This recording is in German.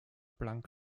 blank